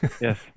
Yes